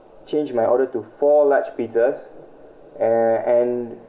change my order to four large pizzas uh and